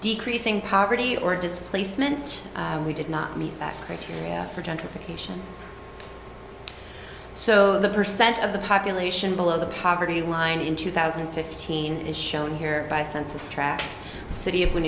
decreasing poverty or displacement we did not meet that criteria for gentrification so the percent of the population below the poverty line in two thousand and fifteen as shown here by census track city when